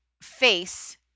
face